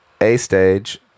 A-Stage